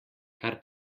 kar